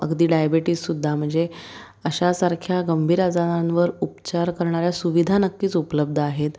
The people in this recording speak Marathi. अगदी डायबेटीस सुद्धा म्हणजे अशासारख्या गंभीर आजारांवर उपचार करणाऱ्या सुविधा नक्कीच उपलब्ध आहेत